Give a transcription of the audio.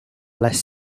less